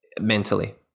mentally